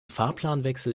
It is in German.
fahrplanwechsel